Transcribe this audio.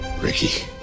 Ricky